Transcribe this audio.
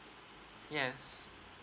yes